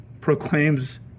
proclaims